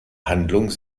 handlung